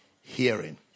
hearing